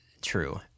true